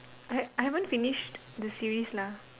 I I haven't finish the series lah